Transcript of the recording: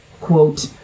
quote